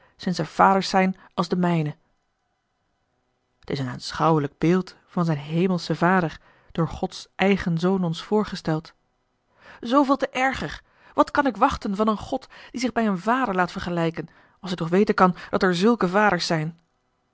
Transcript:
sinds er vaders zijn als de mijne t is een aanschouwelijk beeld van zijn hemelschen vader door gods eigen zoon ons voorgesteld zooveel te erger wat kan ik wachten van een god die zich bij een vader laat vergelijken als hij toch weten kan dat er zulke vaders zijn